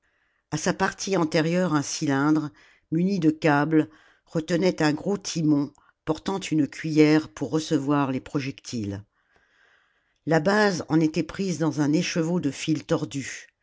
a sa partie antérieure un cylindre muni de câbles retenait un gros timon portant une cuiller pour recevoir les projectiles la base en était prise dans un écheveau de fils tordus